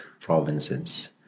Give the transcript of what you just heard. provinces